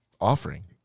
offering